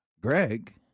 Greg